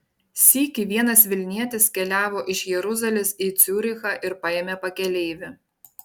sykį vienas vilnietis keliavo iš jeruzalės į ciurichą ir paėmė pakeleivį